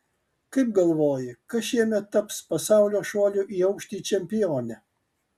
kaip galvoji kas šiemet taps pasaulio šuolių į aukštį čempione